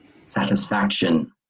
satisfaction